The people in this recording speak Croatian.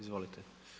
Izvolite.